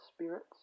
spirits